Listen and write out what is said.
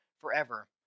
forever